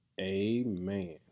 Amen